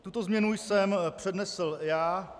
Tuto změnu jsem přednesl já.